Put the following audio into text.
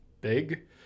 big